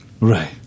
Right